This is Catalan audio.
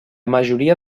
majoria